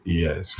yes